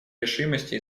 решимости